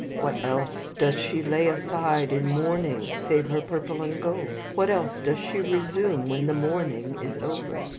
what else does she lay aside in mourning save her purple and gold? what else does she resume when the mourning is over?